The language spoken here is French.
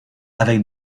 avec